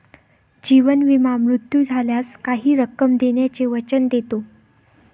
जीवन विमा मृत्यू झाल्यास काही रक्कम देण्याचे वचन देतो